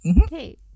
Okay